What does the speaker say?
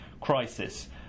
crisis